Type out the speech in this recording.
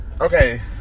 Okay